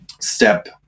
step